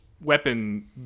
weapon